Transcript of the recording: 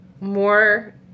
more